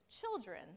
children